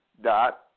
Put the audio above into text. dot